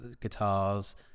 guitars